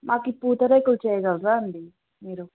మాకు పూతరేకులు చేయగలరాా అండి మీరు